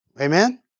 Amen